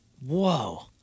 Whoa